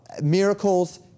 miracles